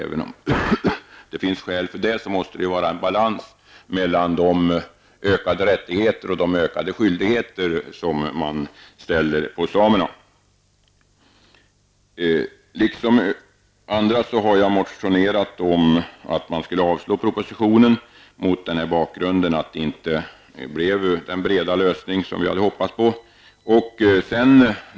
Även om det finns skäl för detta måste det finnas en balans mellan de ökade rättigheterna och de ökade krav man ställer på samerna. Mot den bakgrunden att detta inte blev den breda lösning som vi hade hoppats på har jag liksom andra motionerat om ett avslag på propositionen.